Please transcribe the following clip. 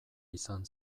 izan